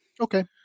Okay